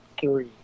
three